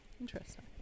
Interesting